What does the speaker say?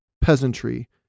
peasantry